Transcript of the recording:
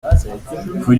rue